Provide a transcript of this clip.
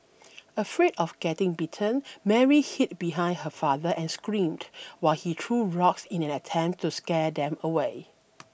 afraid of getting bitten Mary hid behind her father and screamed while he threw rocks in an attempt to scare them away